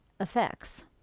effects